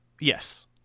yes